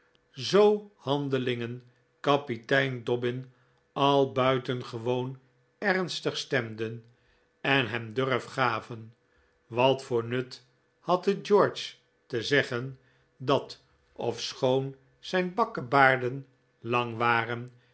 zoo handelingen kapitein dobbin al buitengewoon ernstig stemden en hem durf gaven wat voor nut had het george te zeggen dat ofschoon zijn bakkebaarden lang waren